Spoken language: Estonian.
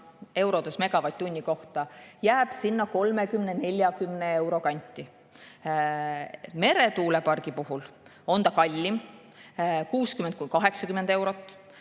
eurodes megavatt-tunni kohta jääb 30–40 euro kanti. Meretuulepargi puhul on see kallim, 60–80 eurot.